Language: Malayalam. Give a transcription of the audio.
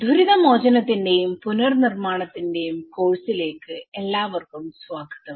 ദുരിതമോചനത്തിന്റെയും പുനർനിർമ്മാണത്തിന്റെയും കോഴ്സിലേക്ക് എല്ലാവർക്കും സ്വാഗതം